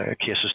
cases